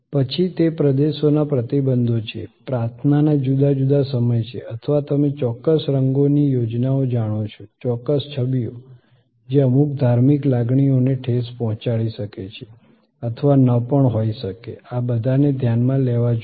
પછી તે પ્રદેશોના પ્રતિબંધો છે પ્રાર્થનાના જુદા જુદા સમય છે અથવા તમે ચોક્કસ રંગોની યોજનાઓ જાણો છો ચોક્કસ છબીઓ જે અમુક ધાર્મિક લાગણીઓને ઠેસ પહોંચાડી શકે છે અથવા ન પણ હોઈ શકે આ બધાને ધ્યાનમાં લેવા જોઈએ